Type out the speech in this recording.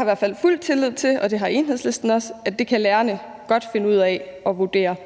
i hvert fald har fuld tillid til, og det har Enhedslisten også, at det kan lærerne godt finde ud af at vurdere.